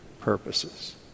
purposes